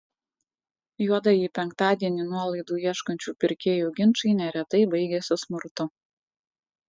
juodąjį penktadienį nuolaidų ieškančių pirkėjų ginčai neretai baigiasi smurtu